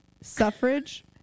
Suffrage